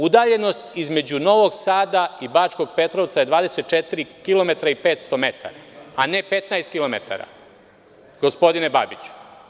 Udaljenost između Novog Sada i Bačkog Petrovca je 24 km i 500 metara, a ne 15 km, gospodine Babiću.